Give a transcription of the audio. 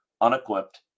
unequipped